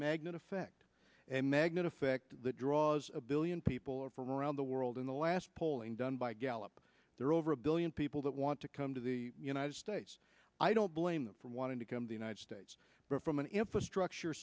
magnet effect and magnet effect that draws a billion people around the world in the last polling done by gallup there are over a billion people that want to come to the united states i don't blame them for wanting to come to united states but from an infrastructure